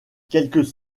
quelques